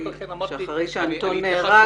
שאחרי שאנטון נהרג,